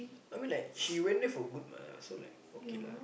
I mean like she went there for good what so like okay lah